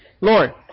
Lord